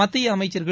மத்திய அமைச்சர்கள்